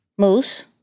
Moose